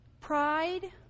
Pride